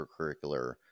extracurricular